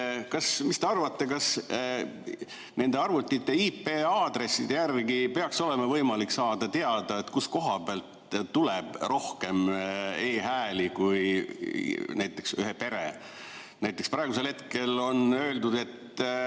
Mis te arvate, kas nende arvutite IP-aadresside järgi peaks olema võimalik saada teada, kust koha pealt tuleb rohkem e-hääli kui näiteks ühe pere omad? Näiteks praegusel hetkel on öeldud, et